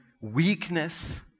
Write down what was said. weakness